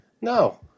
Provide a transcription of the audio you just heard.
No